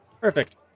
Perfect